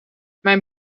mijn